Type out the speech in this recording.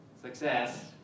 success